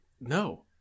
No